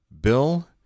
Bill